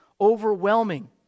Overwhelming